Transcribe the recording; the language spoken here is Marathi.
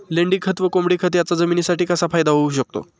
लेंडीखत व कोंबडीखत याचा जमिनीसाठी कसा फायदा होऊ शकतो?